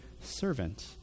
servant